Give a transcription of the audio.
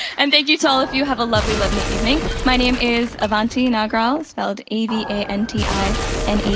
and thank you to all of you. have a lovely, lovely evening. my name is avanti nagral, spelled a v a n t i and n-a-g-r-a-l.